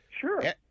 Sure